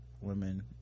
women